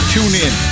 TuneIn